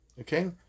Okay